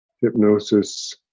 hypnosis